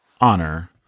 Honor